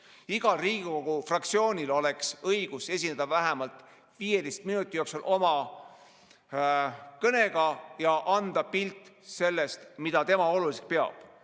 Igal Riigikogu fraktsioonil oleks õigus esineda vähemalt 15 minuti jooksul oma kõnega ja anda pilt sellest, mida tema oluliseks peab.